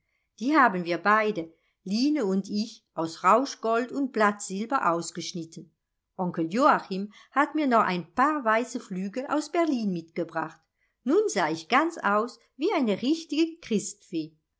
die haben wir beide line und ich aus rauschgold und blattsilber ausgeschnitten onkel joachim hat mir noch ein paar weiße flügel aus berlin mitgebracht nun sah ich ganz aus wie eine richtige